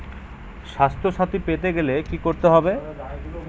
স্বাস্থসাথী পেতে গেলে কি করতে হবে?